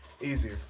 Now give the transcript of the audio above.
easier